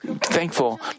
thankful